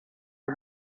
for